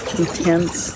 intense